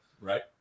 Right